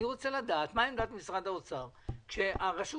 אני רוצה לדעת מה עמדת משרד האוצר לגבי זה שהרשות